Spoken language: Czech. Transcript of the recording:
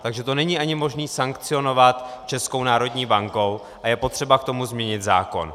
Takže to není ani možné sankcionovat Českou národní bankou a je potřeba k tomu změnit zákon.